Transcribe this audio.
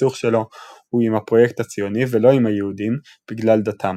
שהסכסוך שלו הוא עם הפרויקט הציוני ולא עם היהודים בגלל דתם",